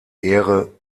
ehre